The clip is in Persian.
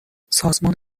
سازمان